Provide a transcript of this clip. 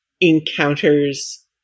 encounters